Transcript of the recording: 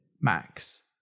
Max